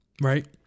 right